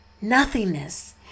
Nothingness